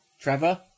Trevor